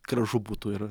gražu būtų ir